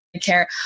care